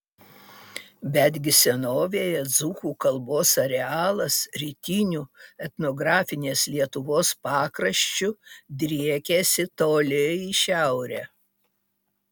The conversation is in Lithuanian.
betgi senovėje dzūkų kalbos arealas rytiniu etnografinės lietuvos pakraščiu driekėsi toli į šiaurę